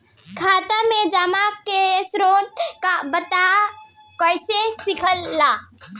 खाता में जमा के स्रोत बता सकी ला का?